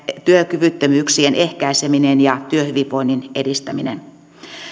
työkyvyttömyyksien ehkäiseminen ja työhyvinvoinnin edistäminen